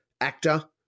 actor